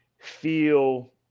feel